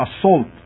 assault